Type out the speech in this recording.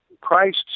Christ